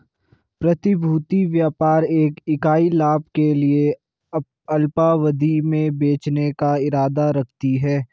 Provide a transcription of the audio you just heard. प्रतिभूति व्यापार एक इकाई लाभ के लिए अल्पावधि में बेचने का इरादा रखती है